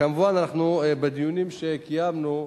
כמובן, בדיונים שקיימנו,